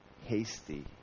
hasty